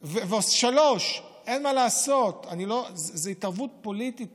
3. אין מה לעשות, זו התערבות פוליטית